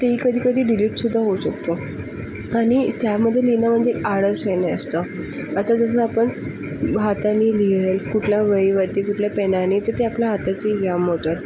तेही कधी कधी डिलिटसुद्धा होऊ शकतो आणि त्यामध्ये लिहिणं म्हणजे आळस येणे असतं आता जसं आपण हातानी लिहिलं आहे कुठल्या वहीवरती कुठल्या पेननी तर ते आपल्या हाताची व्यायाम होते